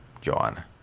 Joanna